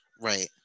Right